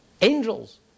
angels